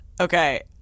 Okay